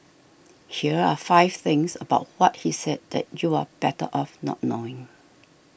here are five things about what he said that you're better off not knowing